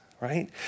right